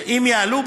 שאם יעלו,